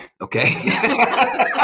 okay